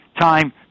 time